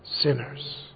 sinners